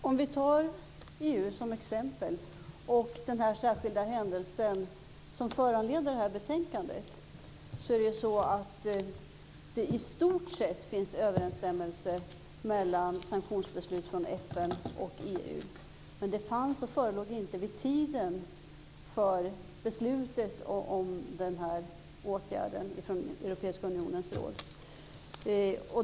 Fru talman! Om vi tar EU och den särskilda händelse som föranleder det här betänkandet som exempel finns det i stort sett överensstämmelse mellan sanktionsbeslut från FN och EU, men det fanns och förelåg inte vid tiden för beslutet om den här åtgärden från Europeiska unionens råd.